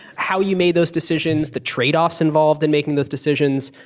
how you made those decisions, the tradeoffs involved in making those decisions.